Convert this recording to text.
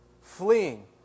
Fleeing